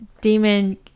demon